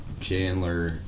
Chandler